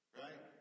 right